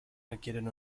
requieren